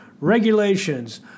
regulations